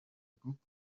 group